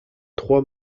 trois